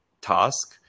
task